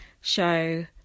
show